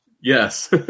Yes